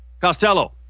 Costello